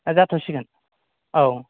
दा जाथ'सिगोन औ